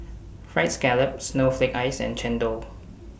Fried Scallop Snowflake Ice and Chendol